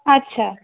আচ্ছা